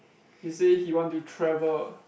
he say he want to travel